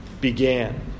began